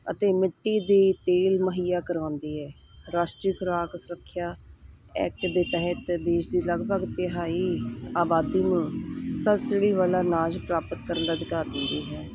ਅਤੇ ਮਿੱਟੀ ਦੇ ਤੇਲ ਮੁਹੱਈਆ ਕਰਵਾਉਂਦੀ ਹੈ ਰਾਸ਼ਟਰੀ ਖੁਰਾਕ ਸੁਰੱਖਿਆ ਐਕਟ ਦੇ ਤਹਿਤ ਦੇਸ਼ ਦੀ ਲਗਭਗ ਤਿਹਾਈ ਆਬਾਦੀ ਨੂੰ ਸਬਸਿਡੀ ਵਾਲਾ ਅਨਾਜ ਪ੍ਰਾਪਤ ਕਰਨ ਦਾ ਅਧਿਕਾਰ ਦਿੰਦੀ ਹੈ